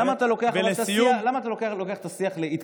למה אתה לוקח את השיח ל"התקפל"?